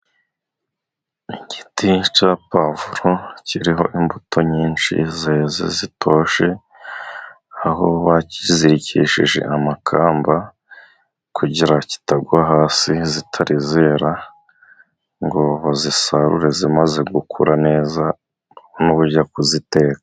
Igiti cya pavuro kiriho imbuto nyinshi zeze zitoshye, aho bakizirikishije amakamba kugira kitagwa hasi zitari zera ngo bazisarure zimaze gukura neza n'ubujya kuziteka.